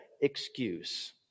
excuse